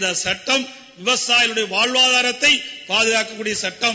இந்த சுட்டம் விவசாயிகளின் வாழ்வாதாரத்தை பாதுகாக்கக்கூடிய சட்டம்